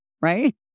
right